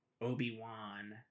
obi-wan